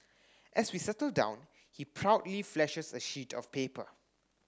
as we settle down he proudly flashes a sheet of paper